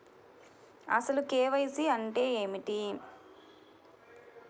అసలు కే.వై.సి అంటే ఏమిటి?